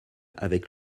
avec